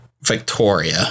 Victoria